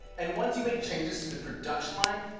and once you make changes to the production line,